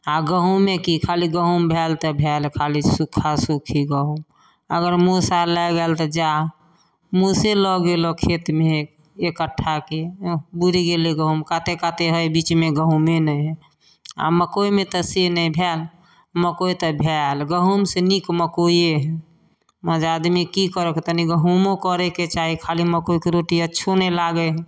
आओर गहूममे कि खाली गहूम भेल तऽ भेल खाली सुक्खा सुक्खी गहूम अगर मूस आओर लागि गेल तऽ जा मुसे लऽ गेलक खेत महक एक कट्ठाके बुड़ि गेलै गहूम काते काते हइ बीचमे गहूमे नहि हइ आओर मकइमे तऽ से नहि भेल मकइ तऽ भेल गहूमसँ नीक मकइए हइ महज आदमी कि करत तनी गहूमो करैके चाही खाली मकइके रोटी अच्छो नहि लागै हइ